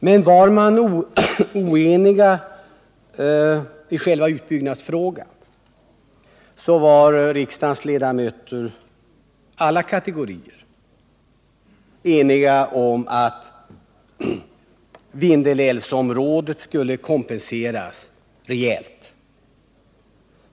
Men var man oenig i själva utbyggnadsfrågan, så var riksdagens ledamöter, alla kategorier, eniga om att Vindelälvsområdet skulle kompenseras rejält.